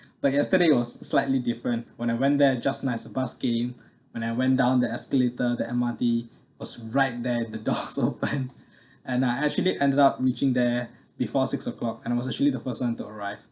but yesterday it was slightly different when I went there just nice bus game when I went down the escalator the M_R_T was right there the door's open and I actually ended up reaching there before six o'clock and I was actually the first one to arrive